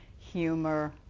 humor,